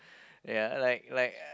ya like like